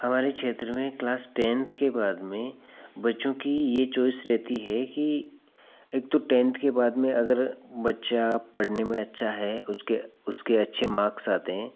हमारे क्षेत्र में क्लास टेन्थ के बाद में बच्चों की ये चॉइस रहती है कि एक तो टेन्थ के बाद में अगर बच्चा पढ़ने में अच्छा है हुचके उसके अच्छे माक्स आते हैं